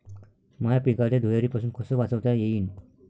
माह्या पिकाले धुयारीपासुन कस वाचवता येईन?